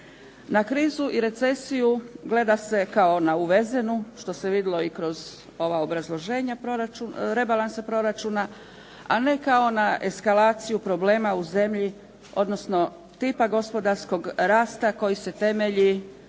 Na krizu i recesiju gleda se kao na uvezenu, što se vidlo i kroz ova obrazloženja rebalansa proračuna, a ne kao na eskalaciju problema u zemlji, odnosno tipa gospodarskog rasta koji se temelji